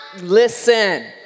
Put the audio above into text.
Listen